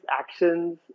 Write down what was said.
actions